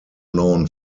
known